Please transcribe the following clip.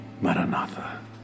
Maranatha